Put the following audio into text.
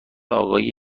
آقای